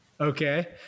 Okay